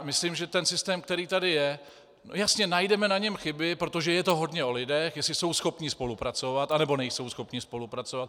Myslím, že ten systém, který tady je jasně, najdeme na něm chyby, protože je to hodně o lidech, jestli jsou schopni spolupracovat, anebo nejsou schopni spolupracovat.